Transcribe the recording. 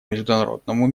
международному